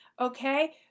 Okay